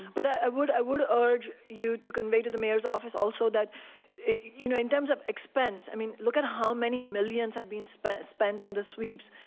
but i would i would urge you to convey to the mayor's office also you know in terms of expense, i mean look at how many millions have been spent spent on the sweeps.